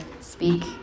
speak